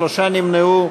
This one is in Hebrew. שלושה נמנעו.